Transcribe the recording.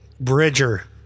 Bridger